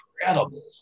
incredible